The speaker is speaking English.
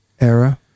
era